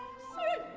sir